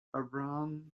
abraham